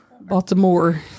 Baltimore